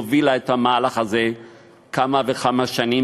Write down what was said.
הובילה את המהלך הזה כמה וכמה שנים.